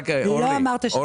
לא אמרת שזה צריך להיות אחרת.